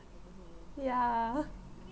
ya